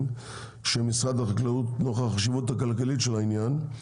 שמשרד החקלאות נוכח החשיבות הכלכלית של העניין,